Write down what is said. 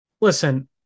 listen